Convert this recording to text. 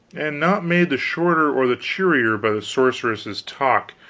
and not made the shorter or the cheerier by the sorceress's talk,